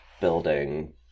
building